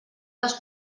les